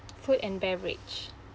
food and beverage